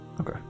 Okay